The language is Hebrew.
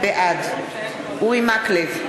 בעד אורי מקלב,